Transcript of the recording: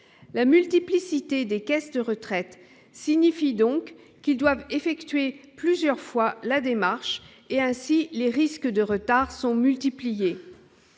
la multiplicité des caisses de retraite signifie donc qu'ils doivent effectuer plusieurs fois, la démarche est ainsi les risques de retards se sont multipliés